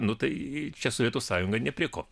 nu tai čia sovietų sąjunga nė prie ko